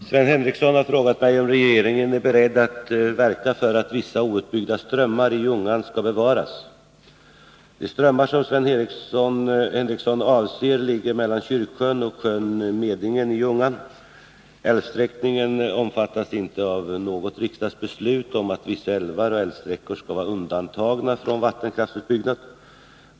Herr talman! Sven Henricsson har frågat mig om regeringen är beredd att verka för att vissa outbyggda strömmar i Ljungan skall bevaras. De strömmar som Sven Henricsson avser ligger mellan Kyrksjön och sjön Medingen i Ljungan. Älvsträckan omfattas inte av något riksdagsbeslut om att vissa älvar och älvsträckor skall vara undantagna från vattenkraftsutbyggnad.